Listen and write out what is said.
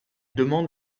demande